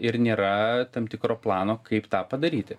ir nėra tam tikro plano kaip tą padaryti